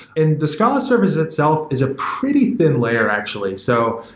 and the scale service itself is a pretty thin layer actually. so,